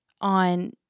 on